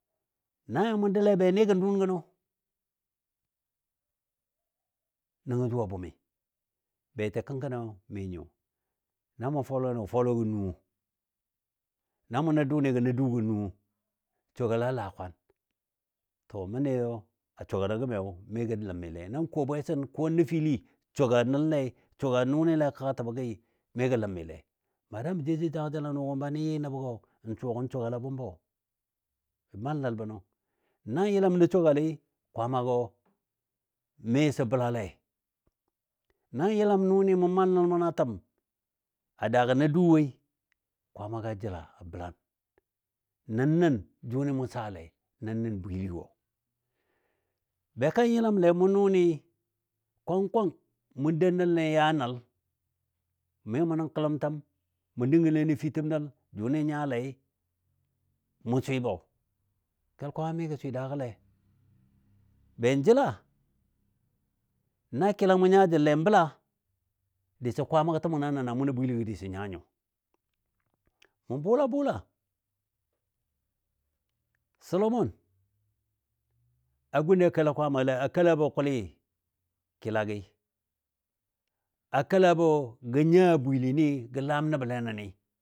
na yɔ mʊ doule be ni gən dʊʊn gənɔ, nəngɔ jʊ a bʊmi beti kəngkəniyo mi nyɔ, na mʊ fɔlɔi gə fɔlɔ gɔ nən nuwo na mʊ nə dʊni gɔ nə dʊgɔ nən nuwo. Sɔgala laa kwaan, to məndiyo a sogalɔ gəmi mi gə ləmile nan ko bwesən ko nəfili sɔgal nəlle, sɔga nʊnɨle kəga təbo gi, mi gə ləmile madama mə jou jou jangajəl a nʊgɔ banə yɨ nəbogɔ n suwa gən sɔgana a bʊmbɔ. Bə mal nəl bənɔ nan yəlam nə sɔgali Kwaamagɔ miso bəlale. Nan yəlam nʊnɨ mʊ mal nəl mʊna təm a daagɔ nədʊ woi, Kwaamaga jəla a bəlan, nənən jʊnɨ mʊ saale, nənən bwiligɔ. Be kan yəlamle nʊnɨ kwang kwang mʊ dou nəlle ya nəl mi mʊ nən kələm təm mʊ dəngənle nən fitəm nəl jʊnɨ nyale mʊ swɨ gən bɔ. Kel Kwaamai mi gə swɨ daagɔle, ben jəla na kilamɔ nya jəlle bəla diso Kwaamagɔ təgən a nən a mʊno bwiligɔ dison nya nyo. Mə bʊla bʊla Solomon a guni a kela Kwaamale a kelabɔ kʊli kilagi, a kelabɔ gə nya bwili ni gə laam nəbole nəni